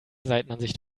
seitenansicht